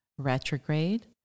retrograde